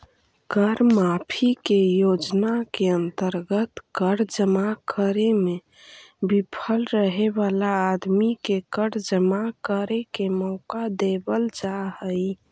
कर माफी के योजना के अंतर्गत कर जमा करे में विफल रहे वाला आदमी के कर जमा करे के मौका देवल जा हई